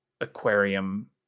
aquarium